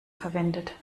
verwendet